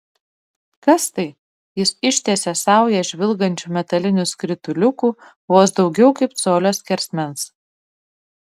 kas tai jis ištiesė saują žvilgančių metalinių skrituliukų vos daugiau kaip colio skersmens